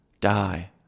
die